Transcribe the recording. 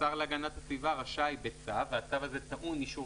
השר להגנת הסביבה רשאי בצו - והצו הזה טעון אישור